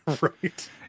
Right